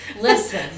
listen